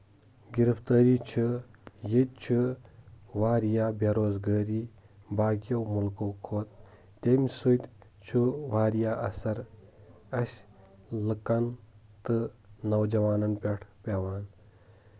گرِفتٲری چھِ ییٚتہِ چھِ واریاہ بیروزگٲری باقیو مُلکو کھۄتہ تَمہِ سۭتۍ چھُ واریاہ اَثر اَسہِ لُکن تہٕ نوجاوانَن پٮ۪ٹھ پیٚوان